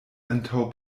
antaŭ